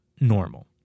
normal